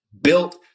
built